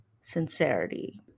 sincerity